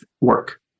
work